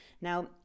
Now